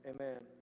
amen